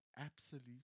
absolute